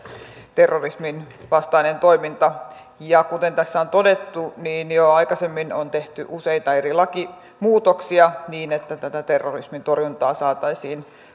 terrorisminvastainen toiminta ja kuten tässä on todettu niin jo aikaisemmin on tehty useita eri lakimuutoksia niin että terrorismin torjuntaan saataisiin